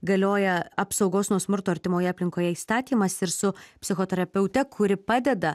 galioja apsaugos nuo smurto artimoje aplinkoje įstatymas ir su psichoterapeute kuri padeda